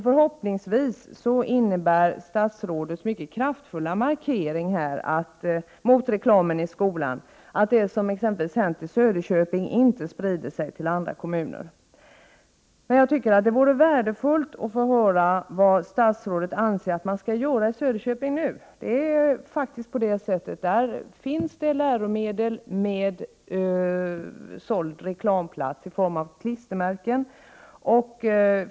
Förhoppningsvis kommer statsrådets mycket kraftfulla markering mot reklamen i skolan att medföra att det som exempelvis har hänt i Söderköping inte skall sprida sig till andra kommuner. Jag tycker att det skulle vara värdefullt att få höra vad statsrådet anser att man nu skall göra i Söderköping. Där finns det läromedel med såld reklamplats i form av klistermärken.